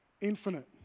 Infinite